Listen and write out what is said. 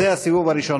זה הסיבוב הראשון.